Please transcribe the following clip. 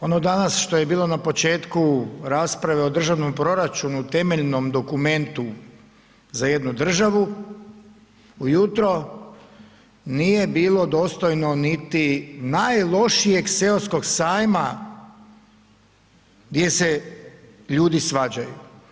Ono danas što je bilo na početku rasprave o državnom proračunu, temeljnom dokumentu za jednu državu ujutro nije bilo dostojno niti najlošijeg seoskog sajma gdje se ljudi svađaju.